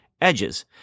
edges